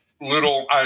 little –